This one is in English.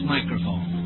Microphone